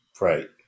Right